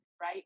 right